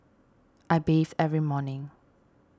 I bees every morning